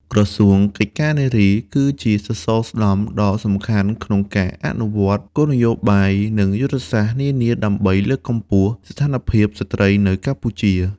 ក្រសួងកិច្ចការនារី គឺជាសសរស្តម្ភដ៏សំខាន់ក្នុងការអនុវត្តគោលនយោបាយ និងយុទ្ធសាស្ត្រនានាដើម្បីលើកកម្ពស់ស្ថានភាពស្ត្រីនៅកម្ពុជា។